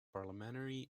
parliamentary